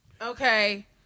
Okay